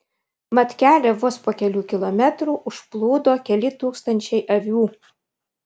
mat kelią vos po kelių kilometrų užplūdo keli tūkstančiai avių